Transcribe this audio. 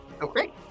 Okay